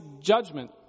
judgment